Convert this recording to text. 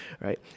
right